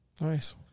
Nice